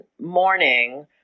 morning